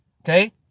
Okay